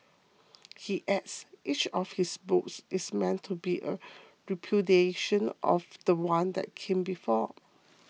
he adds each of his books is meant to be a repudiation of the one that came before